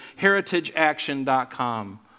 heritageaction.com